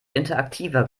interaktiver